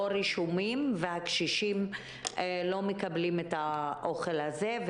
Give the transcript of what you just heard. רשומות והקשישים לא מקבלים את האוכל הזה.